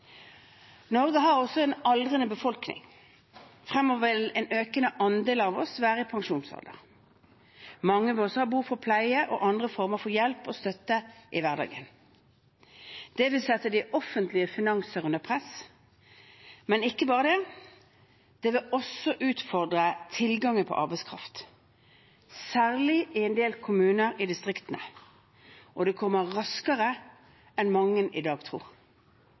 Norge har også en aldrende befolkning. Fremover vil en økende andel av oss være i pensjonsalder. Mange vil også ha behov for pleie og andre former for hjelp og støtte i hverdagen. Det vil sette de offentlige finanser under press. Men ikke bare det. Det vil også utfordre tilgangen på arbeidskraft, særlig i en del kommuner i distriktene – og det kommer raskere enn mange i dag tror.